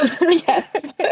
Yes